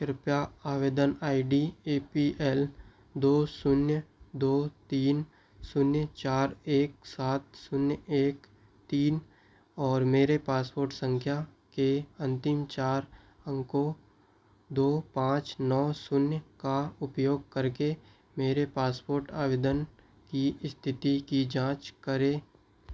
कृपया आवेदन I D A P L दो शून्य दो तीन शून्य चार एक सात और मेरी पासपोर्ट सँख्या के अन्तिम चार अंकों दो पाँच नौ शून्य का उपयोग करके मेरे पासपोर्ट आवेदन की इस्थिति की जाँच करें